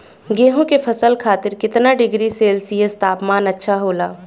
गेहूँ के फसल खातीर कितना डिग्री सेल्सीयस तापमान अच्छा होला?